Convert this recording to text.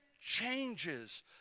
changes